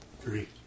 Three